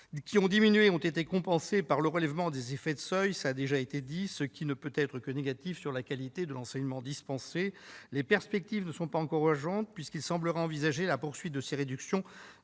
qui ont diminué ont été compensées par le relèvement des effets de seuil, ce qui ne peut qu'avoir des effets négatifs sur la qualité de l'enseignement dispensé. Les perspectives ne sont pas encourageantes, puisqu'il semblerait qu'une poursuite de ces réductions